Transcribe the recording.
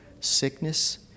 sickness